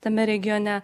tame regione